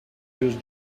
use